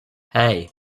hey